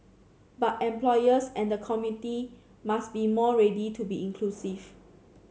but employers and the committee must be more ready to be inclusive